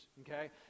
okay